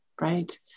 Right